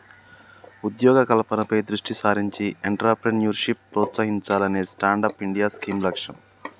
ఉద్యోగ కల్పనపై దృష్టి సారించి ఎంట్రప్రెన్యూర్షిప్ ప్రోత్సహించాలనే స్టాండప్ ఇండియా స్కీమ్ లక్ష్యం